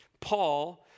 Paul